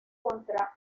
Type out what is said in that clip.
contra